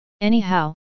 anyhow